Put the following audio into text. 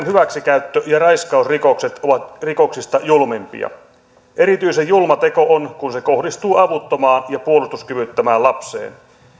hyväksikäyttö ja raiskausrikokset ovat rikoksista julmimpia erityisen julma teko on kun se kohdistuu avuttomaan ja puolustuskyvyttömään lapseen